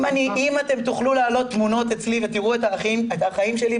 אם אתם תוכלו להעלות תמונות אצלי ותראו את האחאים שלי,